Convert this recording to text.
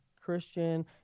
christian